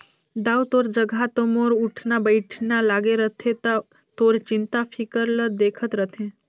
दाऊ तोर जघा तो मोर उठना बइठना लागे रथे त तोर चिंता फिकर ल देखत रथें